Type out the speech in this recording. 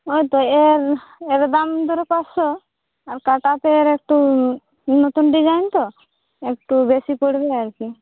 ওই তো এর এর দাম ধরো পাঁচশো আর কাটাতে এর একটু নতুন ডিজাইন তো একটু বেশি পড়বে আর কি